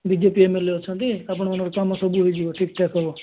BJP M L A ଅଛନ୍ତି ଆପଣଙ୍କର କାମ ସବୁ ରେଡୀ ଅଛି ଠିକ୍ ଠାକ୍ ହେବ